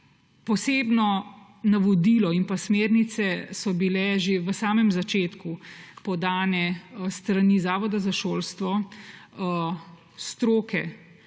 Posebno navodilo in smernice so bili že na samem začetku podani s strani Zavoda za šolstvo, stroke,